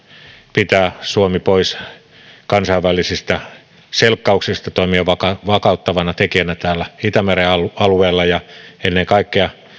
pitää suomi poissa kansainvälisistä selkkauksista toimia vakauttavana tekijänä täällä itämeren alueella ja ennen kaikkea